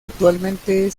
actualmente